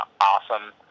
awesome